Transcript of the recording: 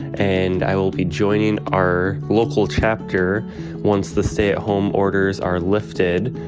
and i will be joining our local chapter once the stay at home orders are lifted.